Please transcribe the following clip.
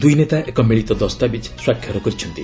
ଦୁଇ ନେତା ଏକ ମିଳିତ ଦସ୍ତାବିଜ ସ୍ୱାକ୍ଷର କରିଚ୍ଛନ୍ତି